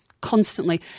constantly